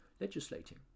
legislating